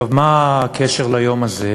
מה הקשר ליום הזה?